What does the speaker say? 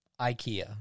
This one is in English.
Ikea